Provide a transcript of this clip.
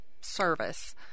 service